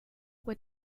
what